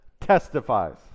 testifies